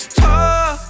talk